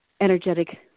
energetic